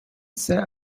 set